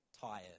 tired